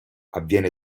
avviene